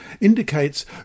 indicates